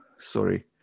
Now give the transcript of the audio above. sorry